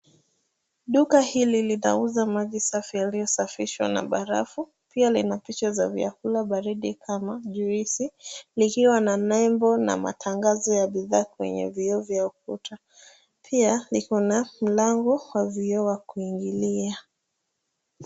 Duka hili linauza maji safi yaliyosafishwa na barafu. Pia lina picha za vyakula baridi kama juisi, likiwa na nebo na matangazo ya bidhaa kwenye vioo vya ukuta. Pia liko na mlango wa vioo wa kuingilia.